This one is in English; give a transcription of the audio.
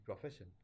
profession